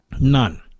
none